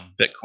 Bitcoin